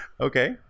Okay